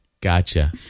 Gotcha